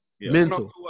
Mental